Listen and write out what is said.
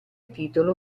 titolo